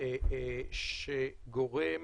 שגורם